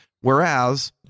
Whereas